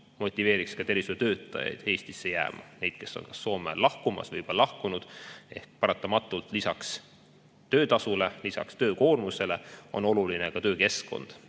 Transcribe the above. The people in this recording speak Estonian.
motiveeriks tervishoiutöötajaid Eestisse jääma – neid, kes on Soome lahkumas või on juba lahkunud. Ehk paratamatult lisaks töötasule, lisaks töökoormusele on oluline töökeskkond